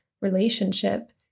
relationship